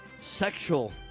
sexual